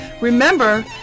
Remember